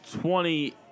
Twenty